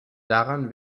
daran